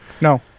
No